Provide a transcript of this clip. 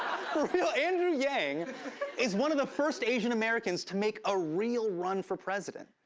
real, andrew yang is one of the first asian americans to make a real run for president.